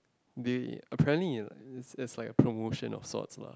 they apparently ah it's it's like a promotion of sorts lah